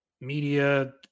media